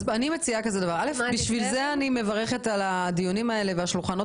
בשביל זה אני מברכת על הדיונים האלה ועל השולחנות